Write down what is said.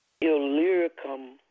Illyricum